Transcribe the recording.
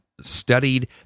studied